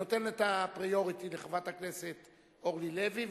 אני נותן את הקדימות לחברת הכנסת אורלי לוי,